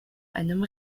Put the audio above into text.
einem